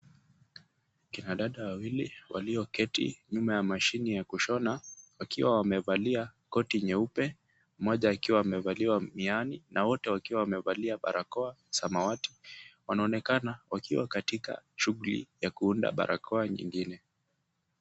Kina dada wawili walioketi nyuma ya mashine ya kushona wakiwa wamevalia koti nyeupe mmoja akiwa amevalia miwani na wote wakiwa wamevalia barakoa ya samawati . Wanaonekana wakiwa katika shughuli ya kuunda barakoa nyingine.